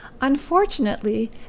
Unfortunately